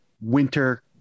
winter